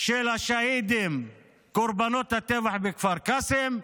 של השהידים קורבנות הטבח בכפר קאסם.